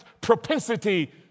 propensity